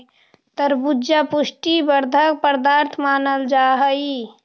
तरबूजा पुष्टि वर्धक पदार्थ मानल जा हई